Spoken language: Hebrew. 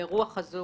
ברוח הזו